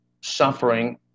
suffering